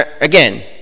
again